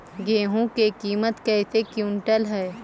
गेहू के किमत कैसे क्विंटल है?